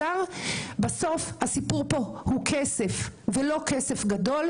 ובסוף הסיפור הוא כסף, ולא כסף גדול.